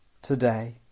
today